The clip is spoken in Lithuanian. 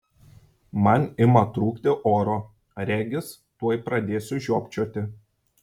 man ima trūkti oro regis tuoj pradėsiu žiopčioti